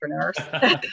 entrepreneurs